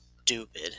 stupid